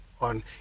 on